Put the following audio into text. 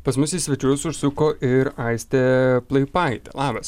pas mus į svečius užsuko ir aistė plaipaitė labas